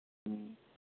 ꯎꯝ